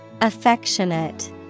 Affectionate